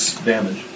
damage